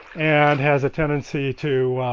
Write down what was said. and has a tendency to